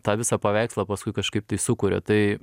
tą visą paveikslą paskui kažkaip tai sukuria tai